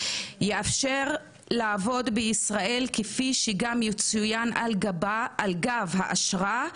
"יאפשר לעבוד בישראל כפי שגם יצוין על גב האשרה,